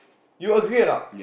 you agree or not